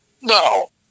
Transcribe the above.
no